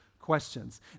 questions